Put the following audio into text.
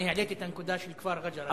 אני העליתי את הנקודה של כפר רג'ר.